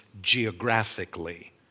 geographically